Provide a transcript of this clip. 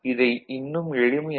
இதை இன்னும் எளிமையாக்கினால் A